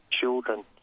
children